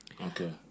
Okay